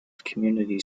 community